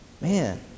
man